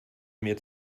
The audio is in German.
mir